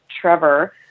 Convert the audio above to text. Trevor